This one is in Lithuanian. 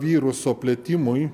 viruso plitimui